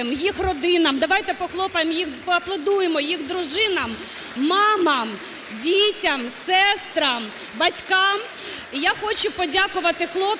Дякую.